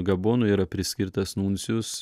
gabonui yra priskirtas nuncijus